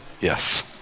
Yes